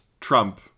Trump